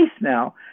now